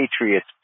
Patriots